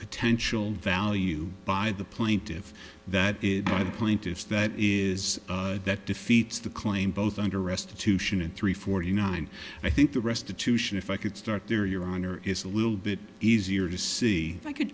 potential value by the plaintiffs that is by the plaintiffs that is that defeats the claim both under arrest to sion and three forty nine i think the restitution if i could start there your honor is a little bit easier to see if i could